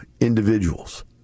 individuals